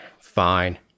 Fine